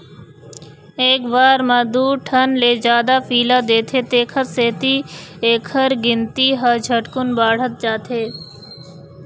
एक बार म दू ठन ले जादा पिला देथे तेखर सेती एखर गिनती ह झटकुन बाढ़त जाथे